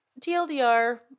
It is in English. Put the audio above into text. TLDR